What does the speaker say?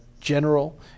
general